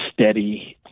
steady